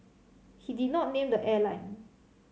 he did not name the airline